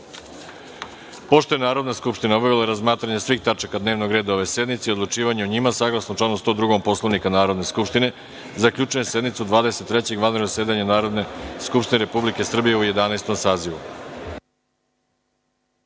je Narodna skupština obavila razmatranje svih tačaka dnevnog reda ove sednice i odlučivanje o njima, saglasno članu 102. Poslovnika Narodne skupštine, zaključujem sednicu Dvadeset trećeg vanrednog zasedanja Narodne skupštine Republike Srbije u Jedanaestom